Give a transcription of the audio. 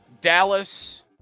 Dallas